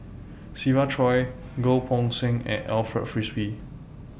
Siva Choy Goh Poh Seng and Alfred Frisby